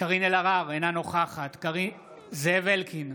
קארין אלהרר, אינה נוכחת זאב אלקין,